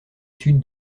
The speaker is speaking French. sud